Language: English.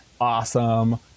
awesome